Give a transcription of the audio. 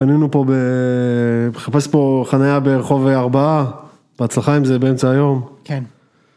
‫חנינו פה, חפש פה חניה ברחוב 4, ‫בהצלחה עם זה באמצע היום.